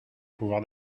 pouvoir